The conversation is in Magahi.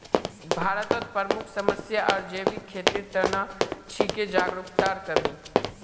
भारतत प्रमुख समस्या आर जैविक खेतीर त न छिके जागरूकतार कमी